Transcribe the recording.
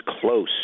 close